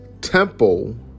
Temple